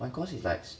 my course is like